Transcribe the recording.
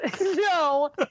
no